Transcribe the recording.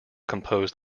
compose